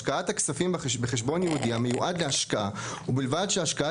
השקעת הכספים בחשבון ייעודי המיועד להשקעה ובלבד שההשקעה